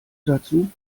dazu